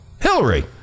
Hillary